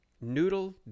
noodle